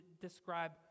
describe